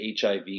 HIV